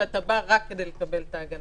שאתה בא רק כדי לקבל את ההגנה.